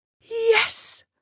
Yes